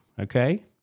okay